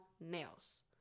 nails